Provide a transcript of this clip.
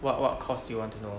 what what course you want to know